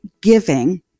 giving